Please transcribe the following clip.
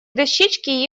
дощечке